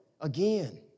Again